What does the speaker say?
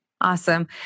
Awesome